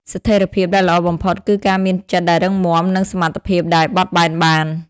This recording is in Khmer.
ស្ថិរភាពដែលល្អបំផុត គឺការមានចិត្តដែលរឹងមាំ និងសមត្ថភាពដែលបត់បែនបាន។